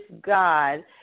God